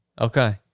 okay